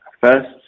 First